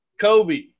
Kobe